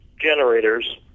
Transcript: generators